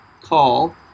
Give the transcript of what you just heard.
call